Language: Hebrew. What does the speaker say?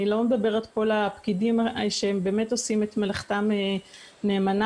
אני לא מדברת על הפקידים שבאמת עושים מלאכתם נאמנה,